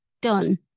done